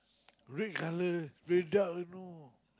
red colour very dark you know